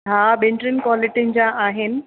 हा ॿिनि टिनि क्वालिटियुनि जा आहिनि